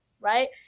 right